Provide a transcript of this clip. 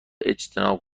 اجتناب